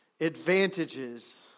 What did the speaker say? advantages